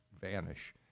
vanish